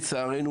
לצערנו,